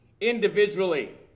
individually